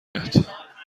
یاد